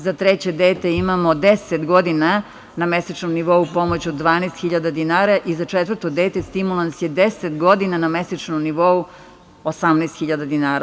Za treće dete imamo 10 godina na mesečnom nivou pomoć od 12.000 dinara i za četvrto dete stimulans je 10 godina na mesečnom nivou 18.000 dinara.